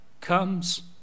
comes